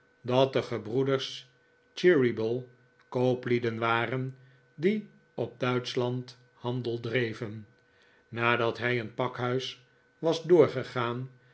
dat de gebroeders cheeryble kooplieden waren die op duitschland handel dreven nadat hij een pakhuis was doorgegaan